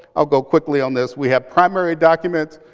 i'll go quickly on this. we have primary documents.